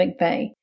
McVeigh